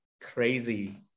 crazy